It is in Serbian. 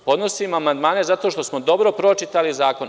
Podnosimo amandmane zato što smo dobro pročitali zakon.